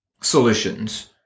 solutions